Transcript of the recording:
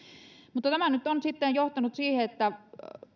mutta tämä nyt on sitten johtanut siihen että